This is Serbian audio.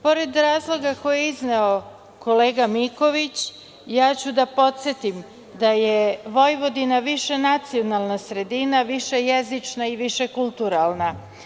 Pored razloga koje je izneo kolega Miković, podsetiću da je Vojvodina višenacionalna sredina, višejezična i višekulturalna.